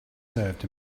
served